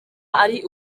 ari